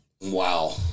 Wow